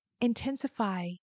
intensify